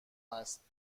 است